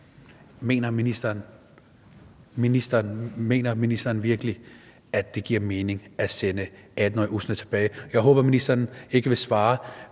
Mener ministeren virkelig, at det giver mening at sende 18-årige Usna tilbage? Jeg håber, at ministeren ikke vil svare